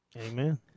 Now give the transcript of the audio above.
Amen